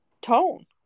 tone